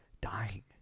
dying